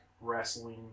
Wrestling